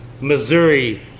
Missouri